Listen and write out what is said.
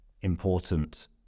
important